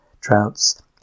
droughts